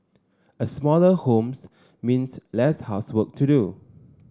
a smaller homes means less housework to do